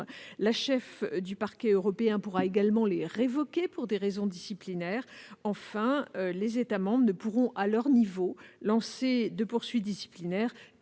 La cheffe du Parquet européen pourra révoquer les PED pour des raisons disciplinaires. Enfin, les États membres ne pourront, à leur niveau, lancer de poursuites disciplinaires